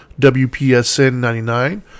WPSN99